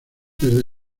desde